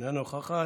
אינה נוכחת.